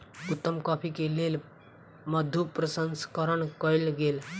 उत्तम कॉफ़ी के लेल मधु प्रसंस्करण कयल गेल